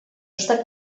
està